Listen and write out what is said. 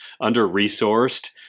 under-resourced